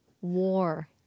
War